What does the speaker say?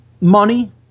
money